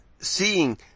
Seeing